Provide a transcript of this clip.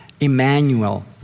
Emmanuel